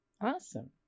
Awesome